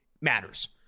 matters